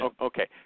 Okay